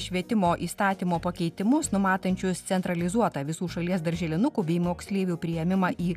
švietimo įstatymo pakeitimus numatančius centralizuotą visų šalies darželinukų bei moksleivių priėmimą į